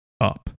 up